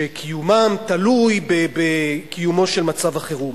שקיומם תלוי בקיומו של מצב החירום,